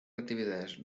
actividades